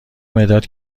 مداد